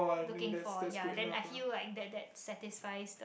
looking for ya then I feel like that that satisfies the